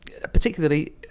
Particularly